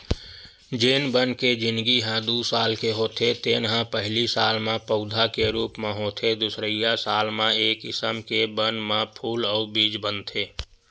जेन बन के जिनगी ह दू साल के होथे तेन ह पहिली साल म पउधा के रूप म होथे दुसरइया साल म ए किसम के बन म फूल अउ बीज बनथे